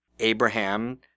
Abraham